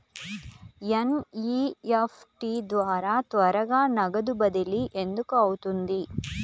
NEFT ద్వారా త్వరగా నగదు బదిలీ ఎందుకు అవుతుంది?